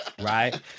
right